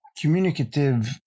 communicative